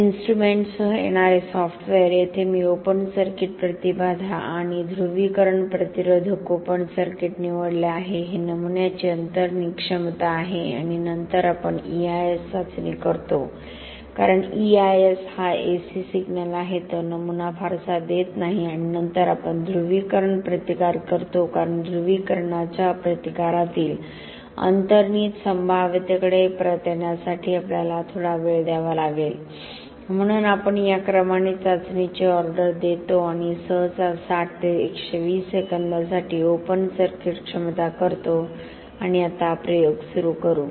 इन्स्ट्रुमेंटसह येणारे सॉफ्टवेअर येथे मी ओपन सर्किट प्रतिबाधा आणि ध्रुवीकरण प्रतिरोधक ओपन सर्किट निवडले आहे हे नमुन्याची अंतर्निहित क्षमता आहे आणि नंतर आपण EIS चाचणी करतो कारण EIS हा AC सिग्नल आहे तो नमुना फारसा देत नाही आणि नंतर आपण ध्रुवीकरण प्रतिकार करतो कारण ध्रुवीकरणाच्या प्रतिकारातील अंतर्निहित संभाव्यतेकडे परत येण्यासाठी आपल्याला थोडा वेळ द्यावा लागेल म्हणून आपण या क्रमाने चाचणीची ऑर्डर देतो आणि सहसा 60 ते 120 सेकंदांसाठी ओपन सर्किट क्षमता करतो आपण आता प्रयोग सुरू करू